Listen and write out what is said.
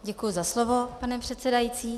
Děkuji za slovo, pane předsedající.